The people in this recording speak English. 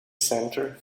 center